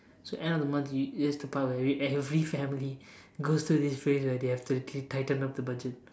so end of the month you this is the part where every family goes through this phase where they have to literally tighten up the budget